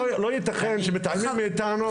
לא ייתכן שמתעלמים מאיתנו,